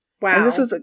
Wow